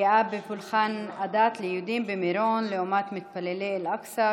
פגיעה בפולחן הדת של יהודים במירון לעומת מתפללי אל-אקצא,